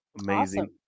amazing